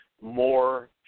More